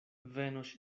venos